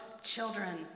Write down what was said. children